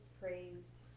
praise